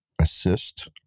Assist